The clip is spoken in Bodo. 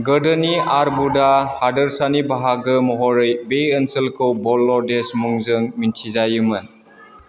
गोदोनि आरबुदा हादोरसानि बाहागो महरै बे ओनसोलखौ बल्ल'देस मुंजों मिन्थिजायोमोन